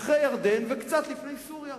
אחרי ירדן וקצת אחרי סוריה.